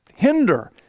hinder